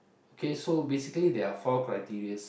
okay so basically there are four criterias